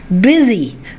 busy